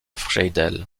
friedel